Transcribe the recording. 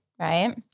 right